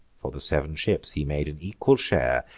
for the sev'n ships he made an equal share,